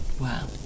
Wow